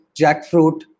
jackfruit